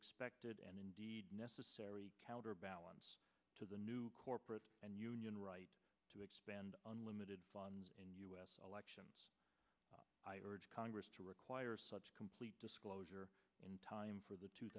expected and necessary counterbalance to the new corporate and union rights to expand unlimited funds in us elections i urge congress to require such complete disclosure in time for the two